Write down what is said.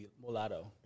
Mulatto